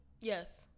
Yes